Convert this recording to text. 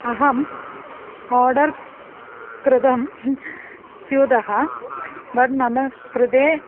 अहम् आर्डर् कृतं स्यूतः बड् मम कृते